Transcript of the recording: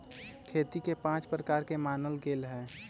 खेती के पाँच प्रकार के मानल गैले है